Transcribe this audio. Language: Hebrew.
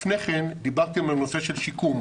לפני כן דיברתם על נושא של שיקום.